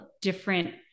different